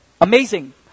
Amazing